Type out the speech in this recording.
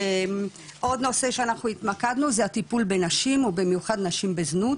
עוד נושא שאנחנו התמקדנו זה הטיפול בנשים ובמיוחד נשים בזנות